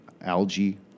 algae